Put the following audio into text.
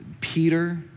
Peter